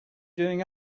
doing